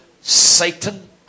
Satan